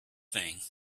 thing